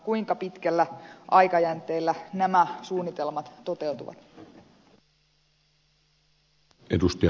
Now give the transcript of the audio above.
kuinka pitkällä aikajänteellä nämä suunnitelmat toteutuvat